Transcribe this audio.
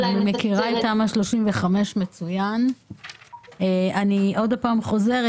אני מכירה מצוין את תמ"א 35. אני שוב חוזרת